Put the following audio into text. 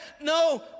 no